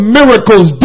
miracles